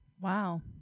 Wow